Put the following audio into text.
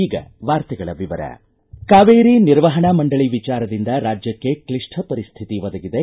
ಈಗ ವಾರ್ತೆಗಳ ವಿವರ ಕಾವೇರಿ ನಿರ್ವಹಣಾ ಮಂಡಳ ವಿಚಾರದಿಂದ ರಾಜ್ಯಕ್ಷೆ ಕ್ಷಿಷ್ಠ ಪರಿಸ್ಥಿತಿ ಒದಗಿದೆ